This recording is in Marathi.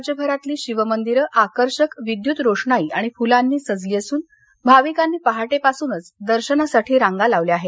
राज्यभरातली शिवमंदिरं आकर्षक विद्युत रोषणाई आणि फुलांनी सजली असून भाविकांनी पहाटेपासूनच दर्शनासाठी रांगा लावल्या आहेत